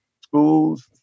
schools